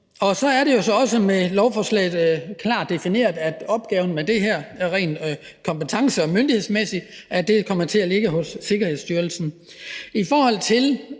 Så er det jo også med lovforslaget klart defineret, at opgaven med det her rent kompetence- og myndighedsmæssigt kommer til at ligge hos Sikkerhedsstyrelsen. I forhold til